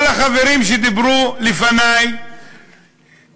כל החברים שדיברו לפני הסבירו